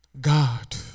God